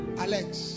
Alex